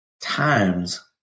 times